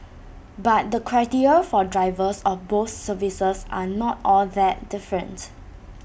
but the criteria for drivers of both services are not all that different